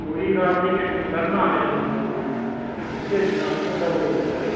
कोईगल्ल निं यरो में किश करना कुसै गी भेजना ते देई ओड़ेओ खरी